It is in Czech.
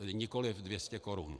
Nikoliv 200 korun.